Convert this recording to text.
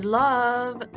love